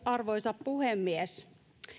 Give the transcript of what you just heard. arvoisa puhemies